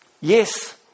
Yes